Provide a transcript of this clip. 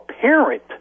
parent